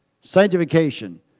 Sanctification